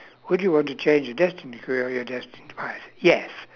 would you want to change your destiny your destined demise yes